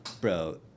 Bro